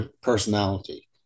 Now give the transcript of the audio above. personality